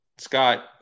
Scott